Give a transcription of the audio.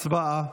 הצבעה.